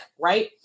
right